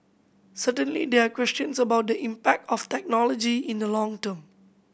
certainly there are questions about the impact of technology in the long term